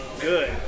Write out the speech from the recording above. good